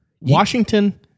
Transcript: Washington